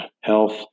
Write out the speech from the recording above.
health